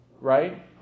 right